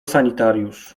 sanitariusz